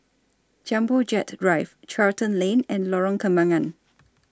Jumbo Jet Drive Charlton Lane and Lorong Kembagan